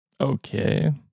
Okay